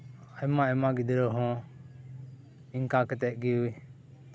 ᱟᱭᱢᱟ ᱟᱭᱢᱟ ᱜᱤᱫᱽᱨᱟᱹ ᱦᱚᱸ ᱚᱱᱠᱟ ᱠᱟᱛᱮᱫ ᱜᱮ